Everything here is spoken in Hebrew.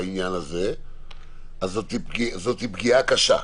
זאת תהיה פגיעה קשה.